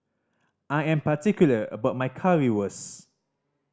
I am particular about my Currywurst